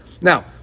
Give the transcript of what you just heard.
Now